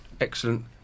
excellent